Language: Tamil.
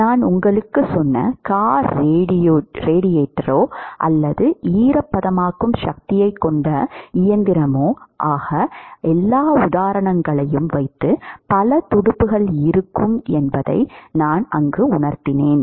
நான் உங்களுக்குச் சொன்ன கார் ரேடியேட்டரா அல்லது ஈரப்பதமாக்கும் சக்தி ஆகிய எல்லா உதாரணங்களையும் வைத்து பல துடுப்புகள் இருக்கும் என்பதை பார்த்தோம்